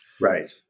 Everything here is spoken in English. Right